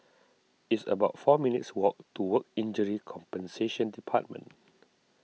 it's about four minutes' walk to Work Injury Compensation Department